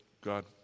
God